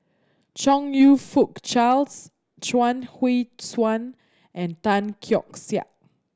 Chong You Fook Charles Chuang Hui Tsuan and Tan Keong Saik